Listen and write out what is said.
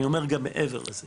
אני אומר גם מעבר לזה,